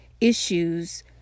issues